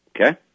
Okay